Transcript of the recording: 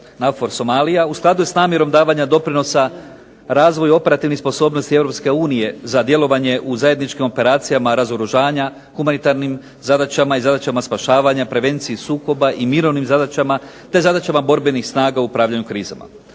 u skladu je s namjerom davanja doprinosa razvoju operativnih sposobnosti Europske unije za djelovanje u zajedničkim operacijama razoružanja, humanitarnim zadaćama i zadaćama spašavanja, prevenciji sukoba i mirovnim zadaćama te zadaćama borbenih snaga u upravljanju krizama.